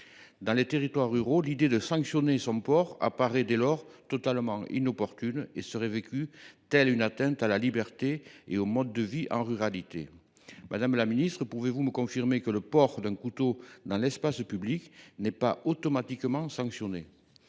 dans les territoires ruraux, l’idée de sanctionner le port du couteau apparaît comme totalement inopportune et serait vécue comme une atteinte à la liberté et au mode de vie en ruralité. Madame la ministre, pouvez vous me confirmer que le port d’un couteau dans l’espace public n’est pas automatiquement sanctionné ?